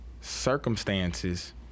circumstances